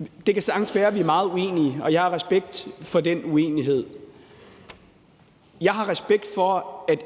at det sagtens kan være, at vi er meget uenige, og jeg har respekt for den uenighed. Jeg har respekt for, at